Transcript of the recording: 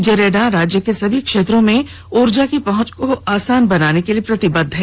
जेरेडा राज्य के सभी क्षेत्रों में ऊर्जा की पहुंच को आसान बनाने के लिए प्रतिबद्ध है